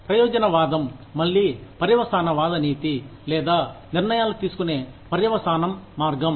ప్రయోజనవాదం మళ్లీ పర్యవసానవాద నీతి లేదా నిర్ణయాలు తీసుకునే పర్యవసానం మార్గం